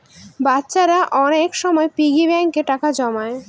বাচ্চারা অনেক সময় পিগি ব্যাঙ্কে টাকা জমায়